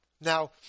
Now